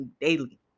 daily